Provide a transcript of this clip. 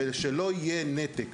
כדי שלא יהיה נתק.